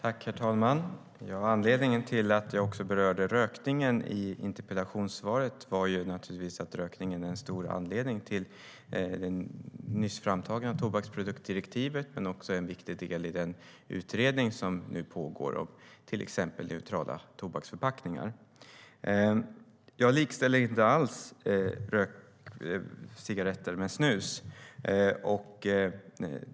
Herr talman! Anledningen till att jag också berörde rökningen i interpellationssvaret är att rökningen är en stor anledning till det nyss framtagna tobaksproduktdirektivet men också viktig del i den utredning som nu pågår om till exempel neutrala tobaksförpackningar. Jag likställer inte alls cigaretter med snus.